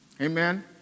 Amen